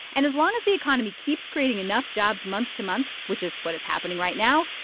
and as long as the economy keeps creating enough jobs month to month, which is what is happening right now,